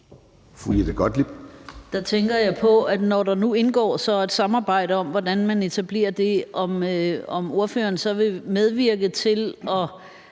Der tænker jeg på, om ordføreren, når nu der indgår sådan et samarbejde om, hvordan man etablerer det, så vil medvirke til at